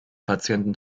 patienten